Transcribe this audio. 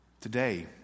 Today